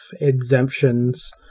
exemptions